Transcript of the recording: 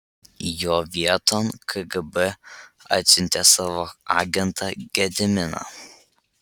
jo vieton kgb atsiuntė savo agentą gediminą